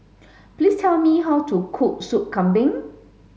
please tell me how to cook Sup Kambing